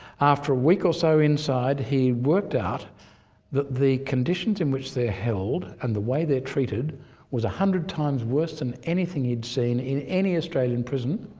after a week or so inside, he worked out that the conditions in which they're held and the way they're treated was a hundred times worse than anything he'd seen in any australian prison,